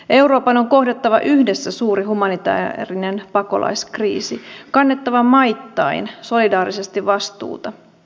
euroopan on kohdattava yhdessä suuri humanitäärinen pakolaiskriisi kannettava maittain solidaarisesti vastuuta